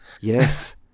Yes